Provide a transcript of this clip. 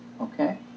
Okay